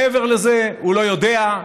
מעבר לזה הוא לא יודע,